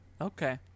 Okay